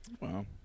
Wow